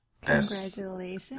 congratulations